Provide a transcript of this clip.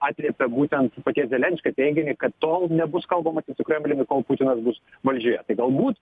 atliepia būtent paties zelenskio teiginį kad tol nebus kalbamasi su kremliumi kol putinas bus valdžioje tai galbūt